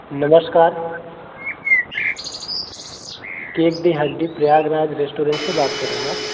नमस्कार cake di Hatti Prayagraj restaurant से बात कर रहे हैं आप